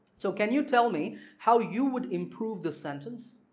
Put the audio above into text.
so can you tell me how you would improve the sentence?